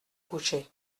coucher